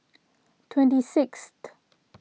twenty sixth